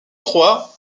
trois